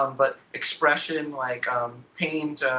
um but expression like um paint,